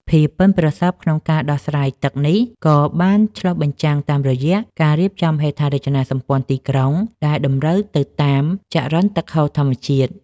ភាពប៉ិនប្រសប់ក្នុងការរំដោះទឹកនេះ ក៏បានឆ្លុះបញ្ចាំងតាមរយៈការរៀបចំហេដ្ឋារចនាសម្ព័ន្ធទីក្រុងដែលតម្រូវទៅតាមចរន្តទឹកហូរធម្មជាតិ។